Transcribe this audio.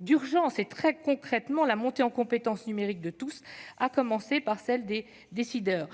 d'urgence et concrètement la montée en compétence numérique de tous, à commencer par celle des décideurs.